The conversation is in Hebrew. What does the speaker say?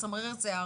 מצמררת שיער,